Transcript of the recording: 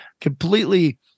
completely